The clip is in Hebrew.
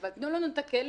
אבל תנו לנו את הכלים.